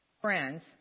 friends